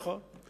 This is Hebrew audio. נכון.